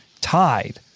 tied